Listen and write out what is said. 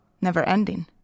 never-ending